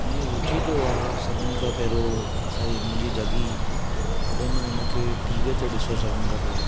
हिन ई रूची जो आहे सभिनि खां पहिरों असांजी मुंहिंजी जागी जॾहिं मां हिनखे टीवीअ ते ॾिसो सभिनि खां पहिरों